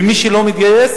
ומי שלא מתגייס,